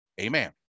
Amen